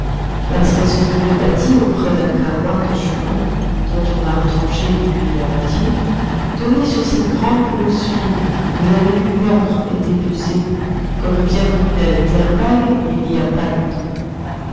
parce qu'elle se trouvait bâtie auprès d'un carroir de chemins dont on a retranché depuis la moitié donnait sur cette grande pelouse fine que vous avez vue vendre et dépecer comme bien communal et terre vague il n'y a pas longtemps